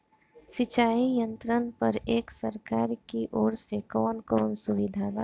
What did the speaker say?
सिंचाई यंत्रन पर एक सरकार की ओर से कवन कवन सुविधा बा?